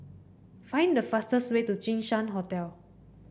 find the fastest way to Jinshan Hotel